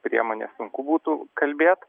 priemonės sunku būtų kalbėt